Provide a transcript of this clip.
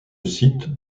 site